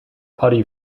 putty